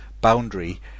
boundary